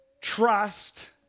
trust